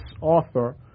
author